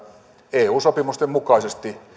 eu sopimusten mukaisesti